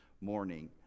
morning